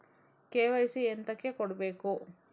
KYC ಎಂತಕೆ ಕೊಡ್ಬೇಕು?